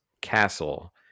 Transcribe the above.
castle